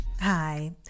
Hi